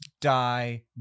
die